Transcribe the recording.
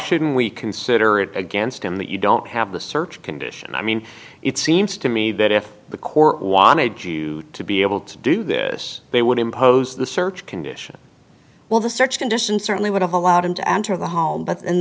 shouldn't we consider it against him that you don't have the search conditions i mean it seems to me that if the court wanted you to be able to do this they would impose the search conditions well the search conditions certainly would have allowed him to enter the home but in